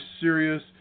serious